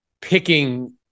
picking